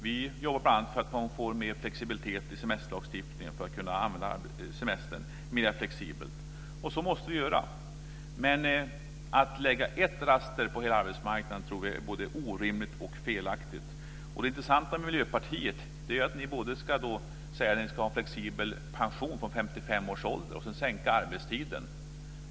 Vi jobbar bl.a. för en ökad flexibilitet i semesterlagstiftningen, så att semestern kan användas mer flexibelt. Så måste vi göra. Men att lägga ett raster över hela arbetsmarknaden tror vi är både orimligt och felaktigt. Det intressanta med Miljöpartiet är att ni säger att det ska vara både flexibel pension från 55 års ålder och sänkt arbetstid.